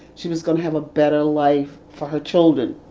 she was going to have a better life for her children,